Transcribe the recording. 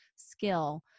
skill